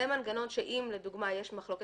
זה מנגנון שאם לדוגמה יש מחלוקת,